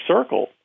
Circle